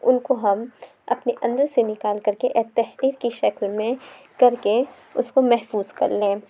اُن کو ہم اپنے اندر سے نکال کر کے ایک تحریر کی شکل میں کر کے اُس کو محفوظ کرلیں